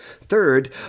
Third